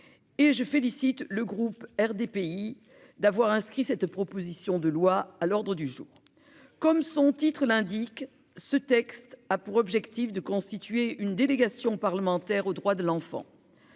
Et je félicite le groupe RDPI d'avoir inscrit cette proposition de loi à l'ordre du jour. Comme son titre l'indique, ce texte a pour objectif de constituer une délégation parlementaire aux droits de l'enfant.